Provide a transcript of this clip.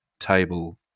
Table